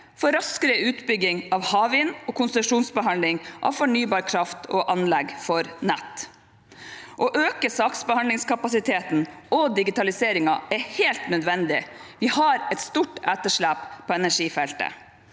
for raskere utbygging av havvind og konsesjonsbehandling av fornybar kraft og anlegg for nett. Å øke saksbehandlingskapasiteten og digitaliseringen er helt nødvendig. Vi har et stort etterslep på energifeltet.